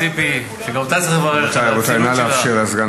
גם ראש האופוזיציה.